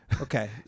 Okay